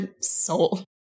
soul